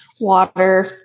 water